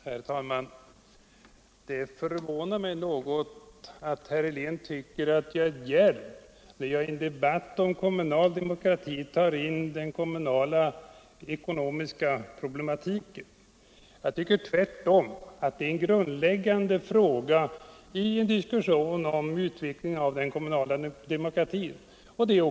Herr talman! Det förvånar mig något att herr Helén tycker att jag är djärv när jag i en debatt om kommunal demorkati tar in den kommunalekonomiska problematiken. Jag tycker tvärtom att det är en grundläggande fråga i en diskussion om utvecklingen av den kommunala demokratin.